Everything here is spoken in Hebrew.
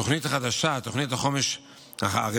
תוכנית החומש החדשה,